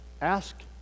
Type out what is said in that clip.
ask